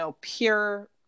pure